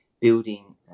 building